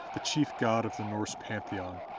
the chief god of the norse pantheon,